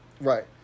Right